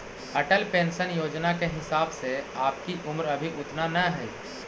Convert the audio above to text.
Atal pension Yojana के हिसाब से आपकी उम्र अभी उतना न हई